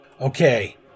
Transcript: Okay